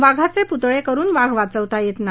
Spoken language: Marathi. वाघाचे पुतळे करुन वाघ वाचवता येत नाही